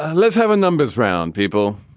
let's have a numbers round people.